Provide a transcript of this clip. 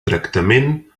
tractament